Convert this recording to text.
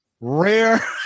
rare